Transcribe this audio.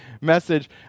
message